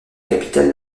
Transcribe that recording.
capitale